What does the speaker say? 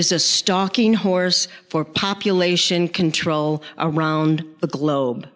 is a stalking horse for population control around the globe